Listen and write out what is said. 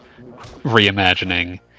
reimagining